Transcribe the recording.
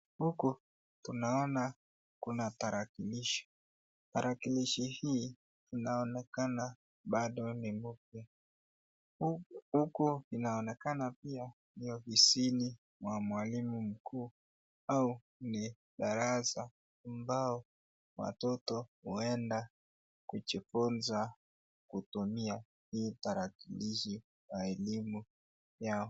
Huku tunaona kuna tarakilishi. Tarakilishi hii inaonekana bado ni mpya huku inaonekana pia ni ofisini wa mwalimu mkuu ama darasa ambao watoto huenda kujifunza kutumia hii tarakilishi ya elimu yao.